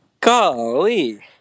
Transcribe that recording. Golly